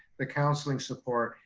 the counseling support,